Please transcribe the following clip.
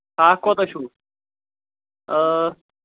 ہاکھ کوتاہ چھُو